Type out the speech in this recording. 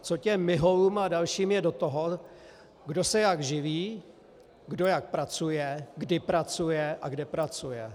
Co těm Miholům a dalším je do toho, kdo se jak živí, kdo jak pracuje, kdy pracuje a kde pracuje?